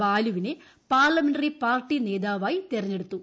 ബാലുവിനെ parliamentary party നേതാവായി തെരഞ്ഞെടുത്തു